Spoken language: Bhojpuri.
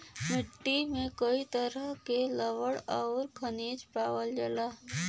मट्टी में कई तरह के लवण आउर खनिज पावल जाला